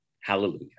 hallelujah